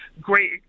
great